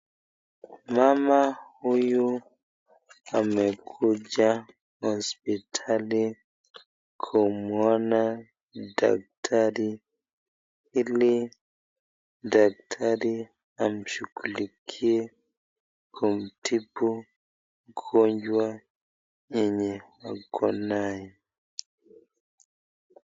Mama huyu amekuja hospitali kumwona daktari ili daktari amshughulikie kumtibu ugonjwa yenye ako nayo.